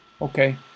Okay